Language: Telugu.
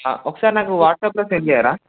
ఒకసారి నాకు వాట్సాప్లో సెండ్ చేయరా